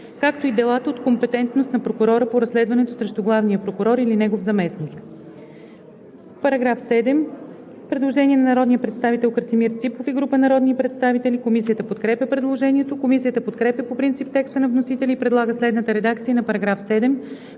„както и делата от компетентност на прокурора по разследването срещу главния прокурор или негов заместник“.“ По § 7 има предложение на народния представител Красимир Ципов и група народни представители. Комисията подкрепя предложението. Комисията подкрепя по принцип текста на вносителя и предлага следната редакция на § 7: „§ 7.